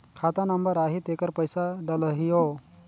खाता नंबर आही तेकर पइसा डलहीओ?